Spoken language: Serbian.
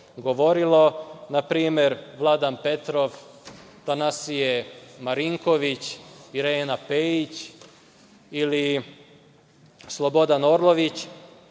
govorilo, npr. Vladan Petrov, Tanasije Marinković, Irena Pejić ili Slobodan Orlović,